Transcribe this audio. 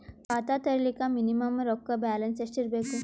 ಖಾತಾ ತೇರಿಲಿಕ ಮಿನಿಮಮ ರೊಕ್ಕ ಬ್ಯಾಲೆನ್ಸ್ ಎಷ್ಟ ಇರಬೇಕು?